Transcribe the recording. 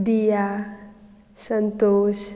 दिया संतोश